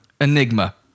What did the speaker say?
Enigma